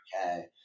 okay